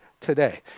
today